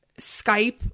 Skype